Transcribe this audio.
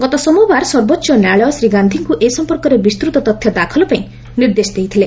ଗତ ସୋମବାର ସର୍ବୋଚ୍ଚ ନ୍ୟାୟାଳୟ ଶ୍ରୀ ଗାନ୍ଧିଙ୍କ ଏ ସମ୍ପର୍କରେ ବିସ୍ତତ ତଥ୍ୟ ଦାଖଲ ପାଇଁ ନିର୍ଦ୍ଦେଶ ଦେଇଥିଲେ